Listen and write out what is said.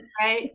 Right